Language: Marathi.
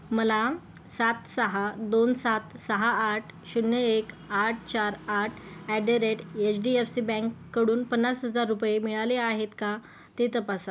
मला सात सहा दोन सात सहा आठ शून्य एक आठ चार आठ at the rate H D F C बँककडून पन्नास हजार रुपये मिळाले आहेत का ते तपासा